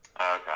Okay